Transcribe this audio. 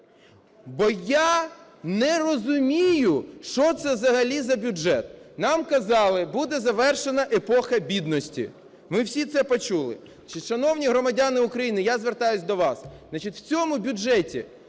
Бо я не розумію, що це взагалі за бюджет. Нам казали, буде завершена епоха бідності. Ми всі це почули. Шановні громадяни України, я звертаюся до вас. В цьому бюджеті